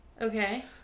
Okay